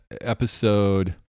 episode